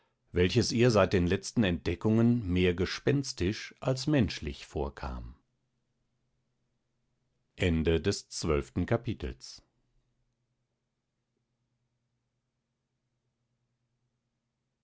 welches ihr seit den letzten entdeckungen mehr gespenstisch als menschlich vorkam